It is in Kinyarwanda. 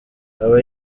aba